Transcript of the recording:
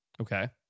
Okay